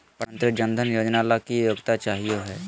प्रधानमंत्री जन धन योजना ला की योग्यता चाहियो हे?